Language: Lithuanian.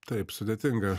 taip sudėtinga